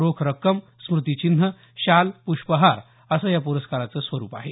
रोख रक्कम स्मृतीचिन्ह शाल पुष्पहार असं या पुरस्काराचं स्वरूप आहे